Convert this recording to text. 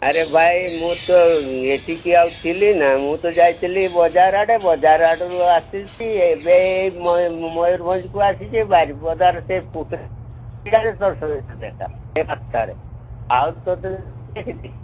ଆରେ ଭାଇ ମୁଁ ତ ଏଠିକି ଆଉ ଥିଲି ନା ମୁଁ ତ ଯାଇଥିଲି ବଜାର ଆଡ଼େ ବଜାର ଆଡ଼ରୁ ଆସିଛି ଏବେ ମୟୁରଭଞ୍ଜକୁ ଆସିଛି ବାରିପଦାର ସେ